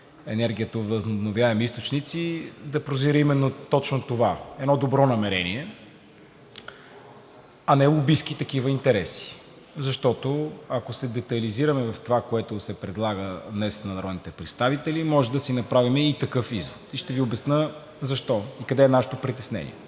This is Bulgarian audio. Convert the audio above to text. енергията от възобновяеми източници да прозира именно точно това – едно добро намерение, а не лобистки такива интереси, защото, ако се детайлизираме в това, което се предлага днес на народните представители, може да си направим и такъв извод. Ще Ви обясня защо и къде е нашето притеснение.